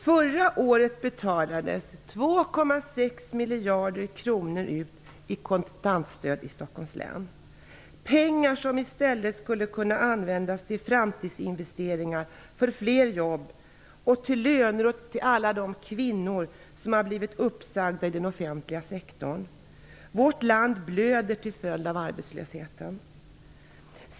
Förra året betalades 2,6 miljarder kronor ut i kontantstöd i Stockholms län -- pengar som i stället skulle kunna användas till framtidsinvesteringar för fler jobb samt till löner till alla de kvinnor som har blivit uppsagda inom den offentliga sektorn. Vårt land blöder till följd av arbetslösheten.